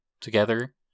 together